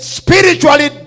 spiritually